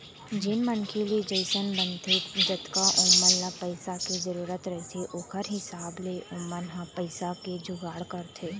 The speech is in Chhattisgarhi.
जेन मनखे ले जइसन बनथे जतका ओमन ल पइसा के जरुरत रहिथे ओखर हिसाब ले ओमन ह पइसा के जुगाड़ करथे